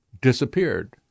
disappeared